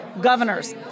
governors